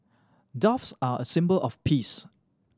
doves are a symbol of peace